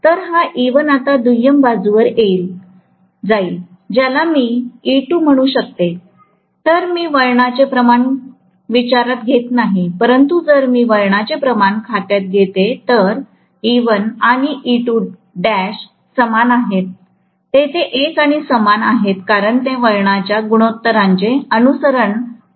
तर हा E1 आता दुय्यम बाजूवर जाईल ज्याला मी E2 म्हणू शकतो तर मी वळणाचे प्रमाण विचारात घेत नाही परंतु जर मी वळणाचे प्रमाण खात्यात घेतो तर E1 आणिसमान आहेत तेथे एक आणि समान आहेत कारण ते वळणाच्या गुणोत्तरांचे अनुसरण करीत आहेत